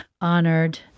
honored